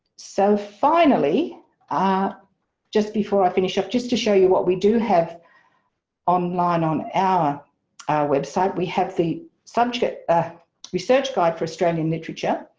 so finally ah just before i finish up just to show you what we do have online on our website, we have the subject research guide for australian literature.